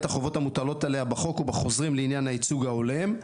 את החובות המוטלות עליה בחוק ובחוזרים לעניין הייצוג ההולם.